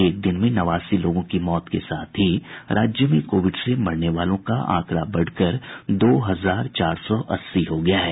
एक दिन में नवासी लोगों की मौत के साथ ही राज्य में कोविड से मरने वालों का आंकड़ा बढ़कर दो हजार चार सौ अस्सी हो गया है